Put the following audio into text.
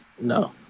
no